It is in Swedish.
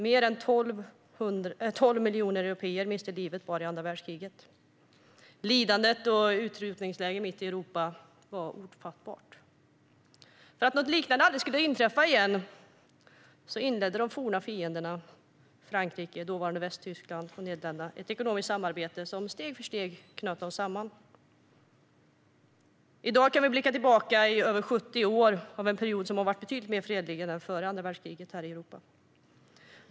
Mer än 12 miljoner européer miste livet bara i andra världskriget. Lidandet, med utrotningsläger mitt i Europa, var ofattbart. För att något liknande aldrig skulle inträffa igen inledde de forna fienderna - Frankrike, dåvarande Västtyskland och Nederländerna - ett ekonomiskt samarbete, som steg för steg knöt dem samman. I dag kan vi blicka tillbaka på en drygt 70-årig period som varit betydligt mer fredlig än tiden före andra världskriget här i Europa.